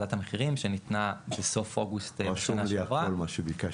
ועדת המחירים שניתנה בסוף אוגוסט שנה שעברה.